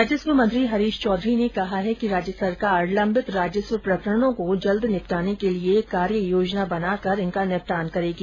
राजस्व मंत्री हरीश चौधरी ने कहा है कि राज्य सरकार लम्बित राजस्व प्रकरणों को जल्द निपटाने के लिए कार्य योजना बनाकर इनका निपटान करेगी